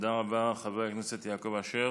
תודה רבה, חבר הכנסת יעקב אשר.